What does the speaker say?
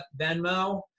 Venmo